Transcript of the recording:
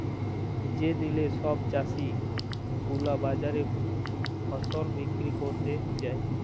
যে দিলে সব চাষী গুলা বাজারে ফসল বিক্রি ক্যরতে যায়